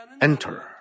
enter